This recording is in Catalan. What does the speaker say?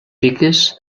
piques